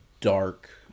dark